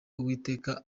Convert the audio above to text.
uwiteka